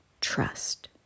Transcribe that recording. trust